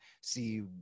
see